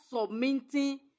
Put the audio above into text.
submitting